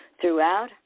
Throughout